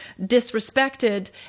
disrespected